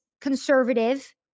conservative